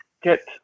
get